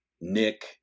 Nick